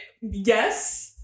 Yes